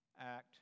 act